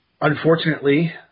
Unfortunately